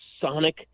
sonic